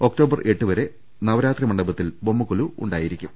ഒക്ടോ ബർ എട്ടുവരെ നവരാത്രി മണ്ഡപത്തിൽ ബൊമ്മക്കൊലു ഉണ്ടായിരിക്കും